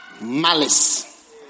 malice